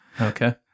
okay